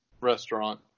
restaurant